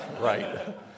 right